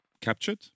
captured